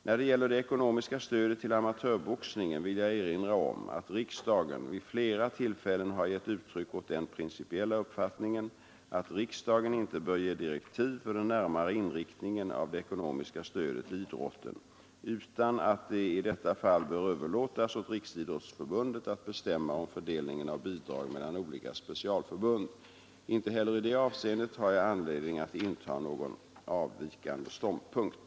När det gäller det ekonomiska stödet till amatörboxningen vill jag erinra om att riksdagen vid flera tillfällen har gett uttryck åt den principiella uppfattningen att riksdagen inte bör ge direktiv för den närmare inriktningen av det ekonomiska stödet till idrotten utan att det i detta fall bör överlåtas åt Riksidrottsförbundet att bestämma om fördelningen av bidrag mellan olika specialförbund. Inte heller i det avseendet har jag anledning att inta någon avvikande ståndpunkt.